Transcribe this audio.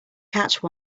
catch